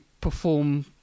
perform